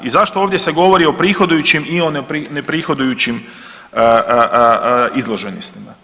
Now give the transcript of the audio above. I zašto ovdje govori o prihodujućim i neprihodujućim izloženostima.